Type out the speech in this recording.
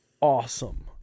awesome